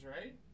right